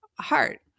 heart